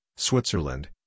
Switzerland